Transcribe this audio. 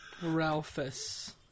Ralphus